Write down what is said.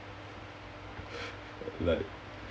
like